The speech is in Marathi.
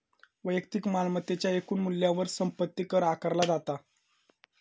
वैयक्तिक मालमत्तेच्या एकूण मूल्यावर संपत्ती कर आकारला जाता